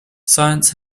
science